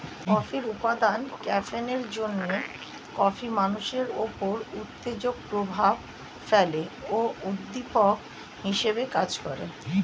কফির উপাদান ক্যাফিনের জন্যে কফি মানুষের উপর উত্তেজক প্রভাব ফেলে ও উদ্দীপক হিসেবে কাজ করে